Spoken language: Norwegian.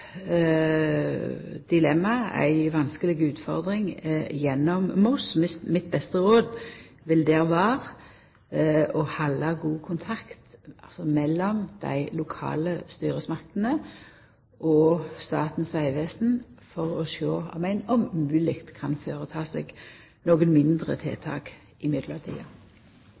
det er eit prekært dilemma, ei vanskeleg utfordring, når det gjeld Moss. Mitt beste råd der vil vera at dei lokale styresmaktene og Statens vegvesen held god kontakt for å sjå om ein om mogleg kan gjera nokre mindre tiltak i